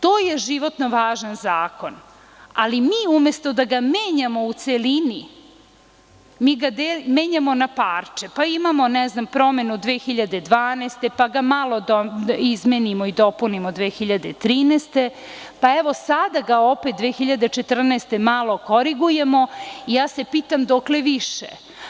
To je životno važan zakon, ali mi umesto da ga menjamo u celini mi ga menjamo na parče, pa imamo promenu 2012. godine, pa ga malo izmenimo i dopunimo 2013. godine, pa evo sada ga opet 2014. godine malo korigujemo, pitam se dokle više?